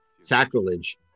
sacrilege